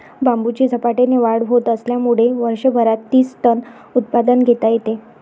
बांबूची झपाट्याने वाढ होत असल्यामुळे वर्षभरात तीस टन उत्पादन घेता येते